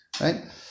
Right